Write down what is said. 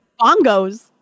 Bongos